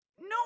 No